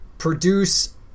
Produce